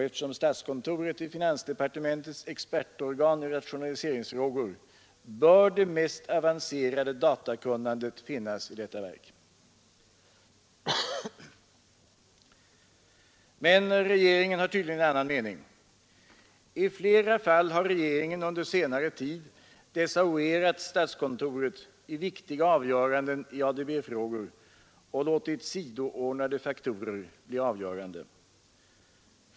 Eftersom statskontoret är finansdepartementets expertorgan i rationaliseringsfrågor, bör det mest avancerade datakunnandet finnas i detta verk. Men regeringen har tydligen en annan mening. I flera fall har regeringen under senare tid desavuerat statskontoret i viktiga avgöranden i ADB-frågor och låtit sidoordnade faktorer bli avgörande.